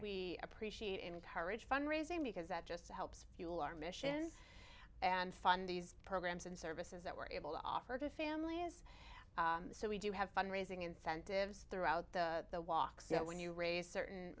we appreciate encourage fund raising because that just helps fuel our mission is and fund these programs and services that we're able to offer to family is so we do have fund raising incentives throughout the walk so when you raise certain